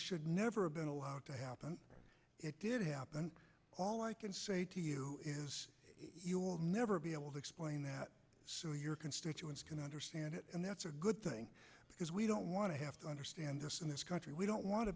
should never been allowed to happen it did happen all i can say to you is never be able to explain that so your constituents can understand it and that's a good thing because we don't want to have to understand this in this country we don't want to